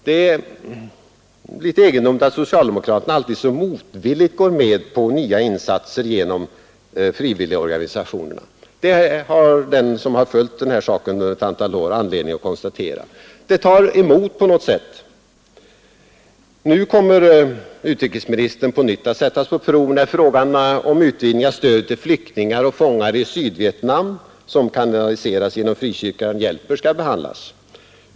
Det är egendomligt att socialdemokraterna alltid så motvilligt går med på nya insatser genom frivilligorganisationerna. De som under ett antal år har följt den frågan har haft anledning att konstatera det. Det tar emot på något sätt. Nu kommer utrikesministern på nytt att sättas på prov, när frågan om en utvidgning av stödet till flyktingar och fångar i Sydvietnam, som kan kanaliseras genom ”Frikyrkan hjälper”, skall behandlas.